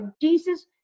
jesus